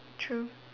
true